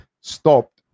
stopped